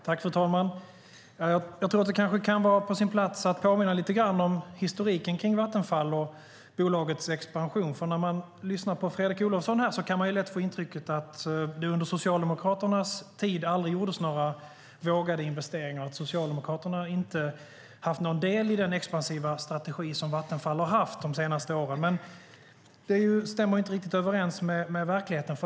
Fru talman! Jag tror att det kan vara på sin plats att påminna lite om historiken kring Vattenfall och bolagets expansion. När man lyssnar på Fredrik Olovsson kan man lätt få intrycket att det under Socialdemokraternas tid aldrig gjordes några vågade investeringar och att Socialdemokraterna inte har haft någon del i den expansiva strategi som Vattenfall har haft de senaste åren. Men det stämmer inte riktigt överens med verkligheten.